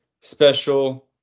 special